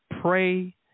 pray